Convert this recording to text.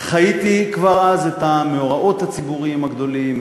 חייתי כבר אז את המאורעות הציבוריים הגדולים,